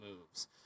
moves